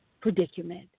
predicament